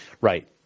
right